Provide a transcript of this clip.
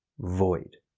void.